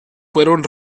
fueron